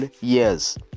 years